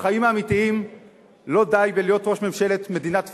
בחיים האמיתיים לא די להיות ראש ממשלת מדינת "פייסבוק"